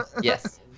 Yes